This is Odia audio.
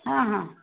ହଁ ହଁ